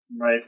Right